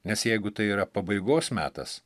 nes jeigu tai yra pabaigos metas